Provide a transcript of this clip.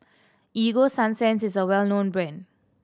Ego Sunsense is a well known brand